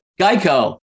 Geico